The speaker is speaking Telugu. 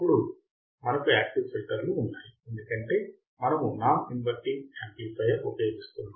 అప్పుడు మనకు యాక్టివ్ ఫిల్టర్లు ఉన్నాయి ఎందుకంటే మనము నాన్ ఇనవర్తింగ్ యాంప్లిఫయర్ ఉపయోగిస్తున్నాము